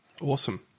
Awesome